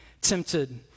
tempted